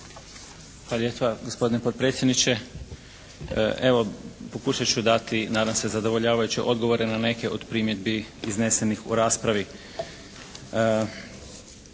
Hvala lijepa gospodine potpredsjedniče. Evo pokušat ću dati nadam se zadovoljavajuće odgovore na neke od primjedbi iznesenih u raspravi.